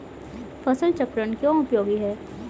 फसल चक्रण क्यों उपयोगी है?